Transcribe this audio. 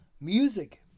music